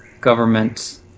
government